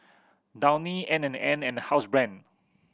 Downy N and N and Housebrand